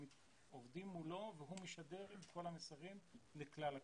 עובדים מולו והוא משדר את כל המסרים לכלל הקהילות.